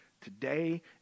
today